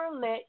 let